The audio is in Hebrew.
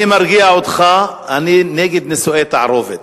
אני מרגיע אותך, אני נגד נישואי תערובת.